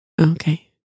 Okay